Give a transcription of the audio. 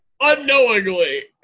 unknowingly